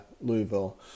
Louisville